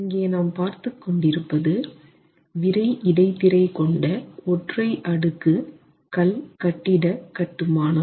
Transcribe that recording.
இங்கே நாம் பார்த்துக் கொண்டிருப்பது விறை இடைத்திரை கொண்ட ஒற்றை அடுக்கு கல் கட்டிட கட்டுமானம்